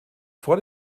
vor